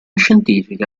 scientifica